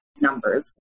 numbers